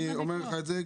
אני אומר לך את זה,